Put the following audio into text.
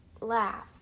Laugh